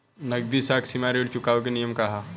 नगदी साख सीमा ऋण चुकावे के नियम का ह?